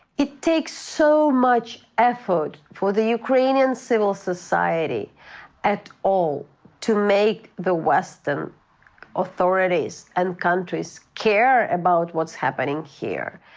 it takes so much effort for the ukrainian civil society at all to make the western authorities and countries care about what's happening here.